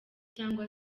cyangwa